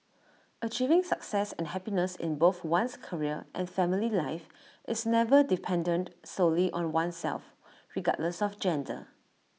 achieving success and happiness in both one's career and family life is never dependent solely on oneself regardless of gender